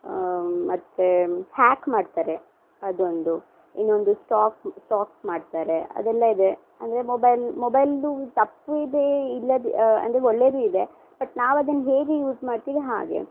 ಮತ್ತು ಹ್ಯಾಕ್ ಮಾಡ್ತಾರೆ ಅದೊಂದು ಇನ್ನೊಂದು ಸ್ಟಾಕ್ ಸ್ಟಾಕ್ ಮಾಡ್ತಾರೆ ಅದೆಲ್ಲ ಇದೆ ಅಂದರೆ ಮೊಬೈಲ್ ಮೊಬೈಲ್ದು ತಪ್ಪು ಇದೆ ಇಲ್ಲದೆ ಅಂದರೆ ಒಳ್ಳೇದು ಇದೆ ಬಟ್ ನಾವದನ್ನು ಹೇಗೆ ಯೂಸ್ ಮಾಡ್ತಿವಿ ಹಾಗೆ